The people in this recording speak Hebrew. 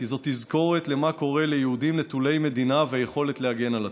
כי זאת תזכורת למה קורה ליהודים נטולי מדינה ויכולת להגן על עצמם.